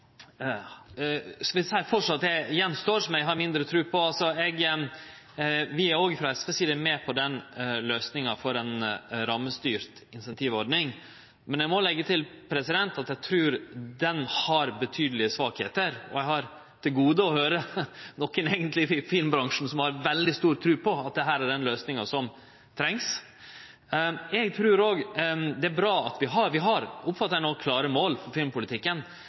har mindre tru på. Vi, frå SV si side, er òg med på den løysinga for ei rammestyrt incentivordning, men eg må leggje til at eg trur ho har betydelege svakheiter. Eg har til gode å høyre nokon i filmbransjen som har veldig stor tru på at dette er den løysinga som trengs. Vi har no, slik eg oppfattar det, klare mål for filmpolitikken, men eg er einig med mindretalet i komiteen, som trur at vi